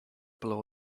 blow